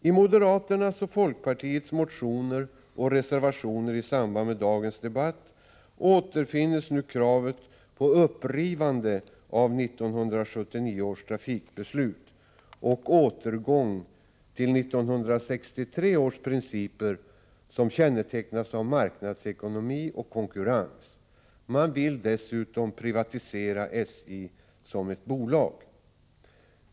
I moderaternas och folkpartiets motioner och reservationer i samband med dagens debatt återfinns nu kravet på ett upprivande av 1979 års trafikbeslut och en återgång till 1963 års principer, som kännetecknas av marknadsekonomi och konkurrens. Man vill dessutom privatisera SJ som ett bolag.